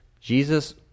Jesus